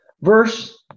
verse